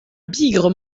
bigre